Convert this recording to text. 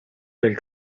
del